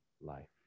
life